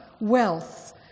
wealth